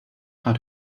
how